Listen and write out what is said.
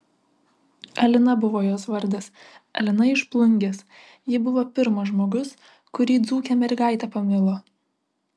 alina buvo jos vardas alina iš plungės ji buvo pirmas žmogus kurį dzūkė mergaitė pamilo